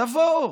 תביאו